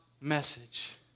message